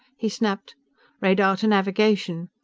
he snapped radar to navigation.